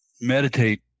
meditate